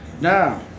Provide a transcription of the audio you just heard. now